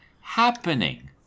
happening